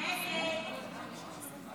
לכן גם ההסתייגות הזאת